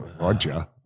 Roger